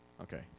Okay